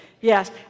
Yes